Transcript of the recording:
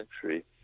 century